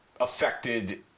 affected